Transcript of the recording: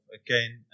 again